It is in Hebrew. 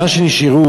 מה שנשאר,